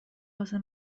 واسه